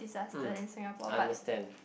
hmm understand